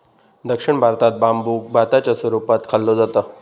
दक्षिण भारतात बांबुक भाताच्या स्वरूपात खाल्लो जाता